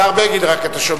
השר בגין, רק אתה שומע.